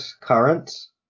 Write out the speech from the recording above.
Currents